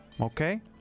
Okay